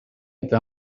eta